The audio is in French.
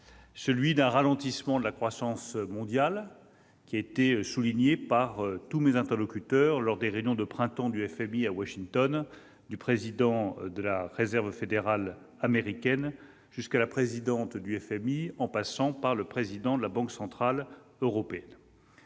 par le ralentissement de la croissance mondiale, souligné par tous mes interlocuteurs lors des réunions de printemps du FMI à Washington, du président de la Réserve fédérale américaine jusqu'à la présidente du FMI en passant par le président de la Banque centrale européenne.